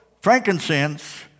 frankincense